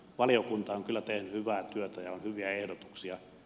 valiokunta on kyllä tehnyt hyvää työtä ja on hyviä ehdotuksia